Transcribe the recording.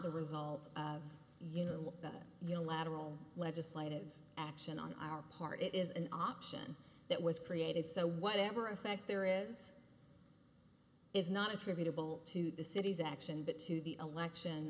the result of you know that you lateral legislative action on our part it is an option that was created so whatever effect there is is not attributable to the city's action but to the election